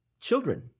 children